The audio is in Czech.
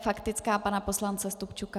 Faktická pana poslance Stupčuka.